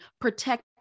protect